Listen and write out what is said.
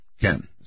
Ken